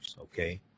Okay